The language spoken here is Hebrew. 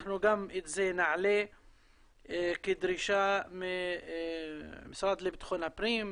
אנחנו גם את זה נעלה כדרישה מהמשרד לביטחון הפנים,